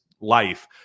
life